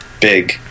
big